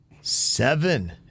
Seven